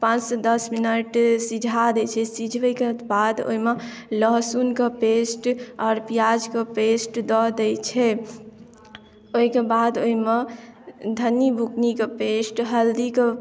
पाँच सऽ दश मिनट सिझा दै छै सिझबेके बाद ओहिमे लहसुनके पेस्ट आओर पियाजके पेस्ट दऽ दै छै ओहिके बाद ओहिमे धन्नी बुकनीके पेस्ट हल्दीके